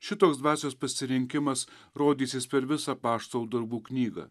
šitoks dvasios pasirinkimas rodysis per visą apaštalų darbų knygą